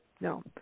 No